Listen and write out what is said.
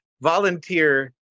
volunteer